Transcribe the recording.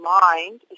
mind